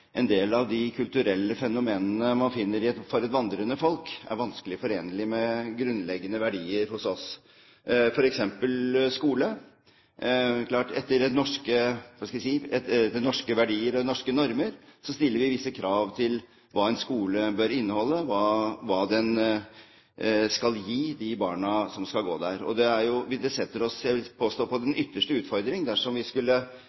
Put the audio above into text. en del av de kulturelle fenomenene man finner for et vandrende folk, er vanskelig forenlig med grunnleggende verdier hos oss, f.eks. innen skole. Det er klart at etter norske verdier og norske normer stiller vi visse krav til hva en skole bør inneholde, og hva den skal gi de barna som skal gå der. Det, vil jeg påstå, setter oss på den ytterste utfordring dersom vi skulle